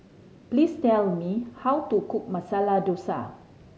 please tell me how to cook Masala Dosa